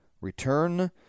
return